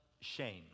shame